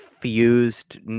fused